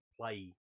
play